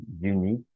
unique